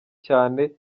cyane